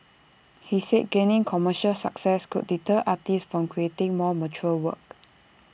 he said gaining commercial success could deter artists from creating more mature work